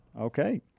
Okay